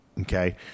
Okay